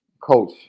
coach